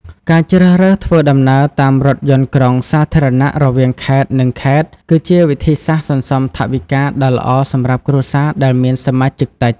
ការជ្រើសរើសធ្វើដំណើរតាមរថយន្តក្រុងសាធារណៈរវាងខេត្ត និងខេត្ត គឺជាវិធីសាស្ត្រសន្សំថវិកាដ៏ល្អសម្រាប់គ្រួសារដែលមានសមាជិកតិច។